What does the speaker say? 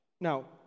Now